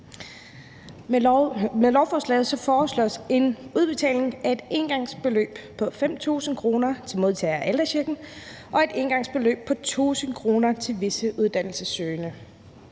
Med lovforslaget foreslås en udbetaling af et engangsbeløb på 5.000 kr. til modtagere af ældrechecken og et engangsbeløb på 1.000 kr. til visse uddannelsessøgende.